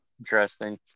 interesting